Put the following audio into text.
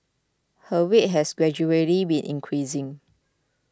her weight has gradually been increasing